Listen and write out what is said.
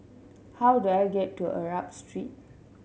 how do I get to Arab Street